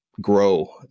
grow